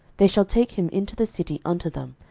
they shall take him into the city unto them,